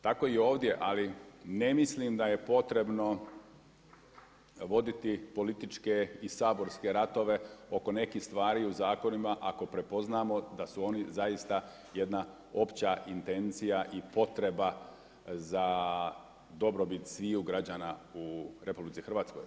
Tako i ovdje ali ne mislim da je potrebno voditi političke i saborske ratove oko nekih stvari u zakonima ako prepoznamo da su oni zaista jedna opća intencija i potreba za dobrobit sviju građana u RH.